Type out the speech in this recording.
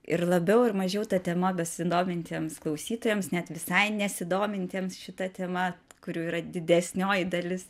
ir labiau ir mažiau ta tema besidomintiems klausytojams net visai nesidomintiems šita tema kurių yra didesnioji dalis